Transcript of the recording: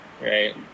right